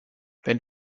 wenn